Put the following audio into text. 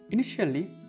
Initially